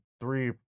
three